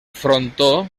frontó